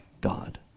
God